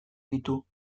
ditu